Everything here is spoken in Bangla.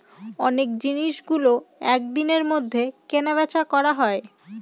অনেক জিনিসগুলো এক দিনের মধ্যে কেনা বেচা করা হয়